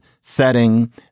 setting